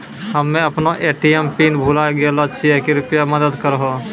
हम्मे अपनो ATM PIN भुलाय गेलो छियै, कृपया मदत करहो